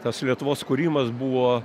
tas lietuvos kūrimas buvo